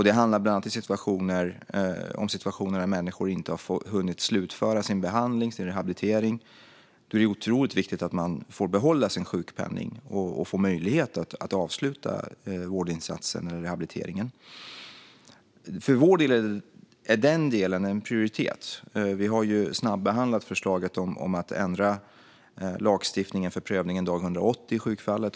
Det handlar bland annat om situationer där människor inte har hunnit slutföra sin behandling eller rehabilitering. Då är det ju otroligt viktigt att man får behålla sin sjukpenning och får möjlighet att avsluta vårdinsatsen eller rehabiliteringen. För oss är denna del en prioritet. Vi har snabbehandlat förslaget om att ändra lagstiftningen för prövning vid dag 180 i sjukfallet.